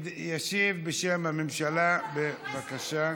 ישיב בשם הממשלה, בבקשה.